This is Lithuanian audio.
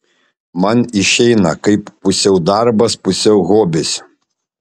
man išeina kaip pusiau darbas pusiau hobis